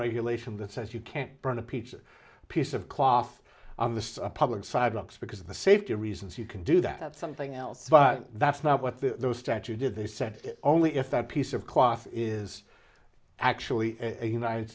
relation that says you can't burn a pizza piece of cloth on the public sidewalks because the safety reasons you can do that have something else but that's not what the statue did they said only if that piece of cloth is actually a united